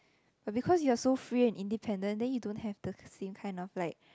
but because you are so free and independent then you don't have the same kind of like